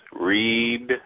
Read